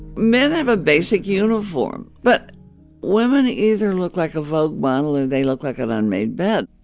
men have a basic uniform, but women either look like a vogue model or they look like an unmade bed.